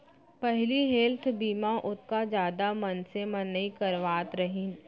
पहिली हेल्थ बीमा ओतका जादा मनसे मन नइ करवात रहिन